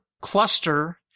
cluster